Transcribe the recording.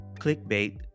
clickbait